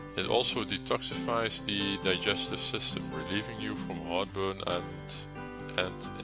it also detoxifies the digestive system, relieving you from heartburn and and